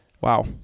wow